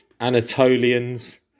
Anatolians